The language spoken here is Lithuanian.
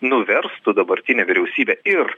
nuverstų dabartinę vyriausybę ir